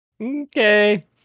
Okay